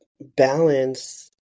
balance